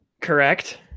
Correct